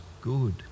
good